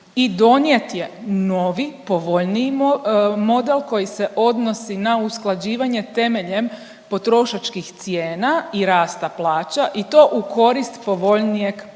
i donijet je novi povoljniji model koji se odnosi na usklađivanje temeljem potrošačkih cijena i rasta plaća i to u korist povoljnijeg parametra.